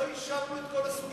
לא אישרנו את כל הסוגיות.